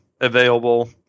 available